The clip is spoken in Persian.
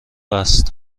است